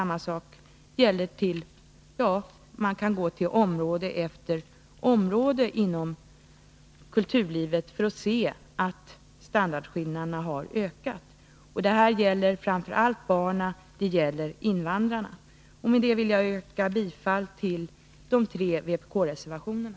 Man kan gå till område efter område inom kulturlivet och se att standardskillnaderna har ökat; det gäller framför allt barnen och invandrarna. Med detta ber jag att få yrka bifall till de tre vpk-reservationerna.